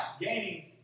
gaining